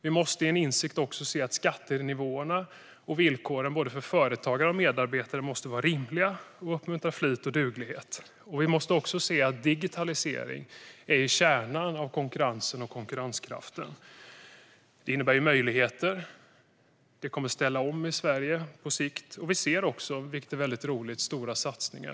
Vi måste också komma till insikt om att skattenivåerna och villkoren för både företagare och medarbetare måste vara rimliga och uppmuntra flit och duglighet. Vi måste också se att digitalisering är kärnan i konkurrensen och konkurrenskraften. Den innebär möjligheter och en omställning i Sverige på sikt, och vi ser också stora satsningar, vilket är väldigt roligt.